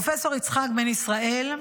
פרופ' יצחק בן ישראל,